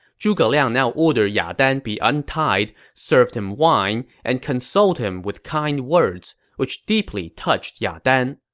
zhuge liang now ordered ya dan be untied, served him wine, and consoled him with kind words, which deeply touched ya dan